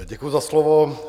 Děkuji za slovo.